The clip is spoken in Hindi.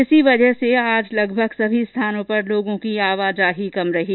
इसी वजह से आज लगभग सभी स्थानों पर लोगों की आवाजाही काफी कम रही